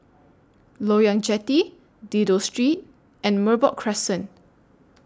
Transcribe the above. Loyang Jetty Dido Street and Merbok Crescent